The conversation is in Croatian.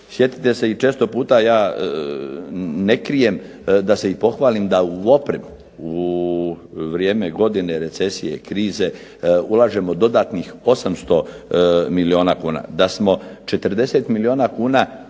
Sjetite se, i često puta ja ne krijem da se i pohvalim, da u opremu u vrijeme godine recesije i krize, ulažemo dodatnih 800 milijuna kuna. Da smo 40 milijuna kuna